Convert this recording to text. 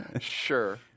Sure